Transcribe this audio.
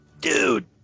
dude